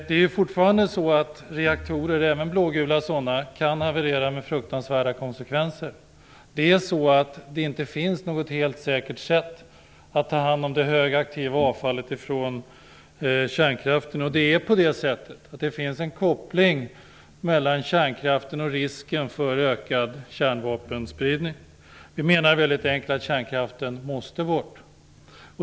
Det är fortfarande så att reaktorer, även blågula sådana, kan haverera och få fruktansvärda konsekvenser. Det finns inte något säkert sätt att ta hand om det högaktiva kärnavfallet. Det finns en koppling mellan kärnkraften och risken för ökad kärnvapenspridning. Vi menar helt enkelt att kärnkraften måste bort.